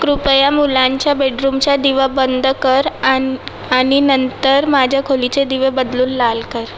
कृपया मुलांच्या बेडरूमचा दिवा बंद कर आन् आणि नंतर माझ्या खोलीचे दिवे बदलून लाल कर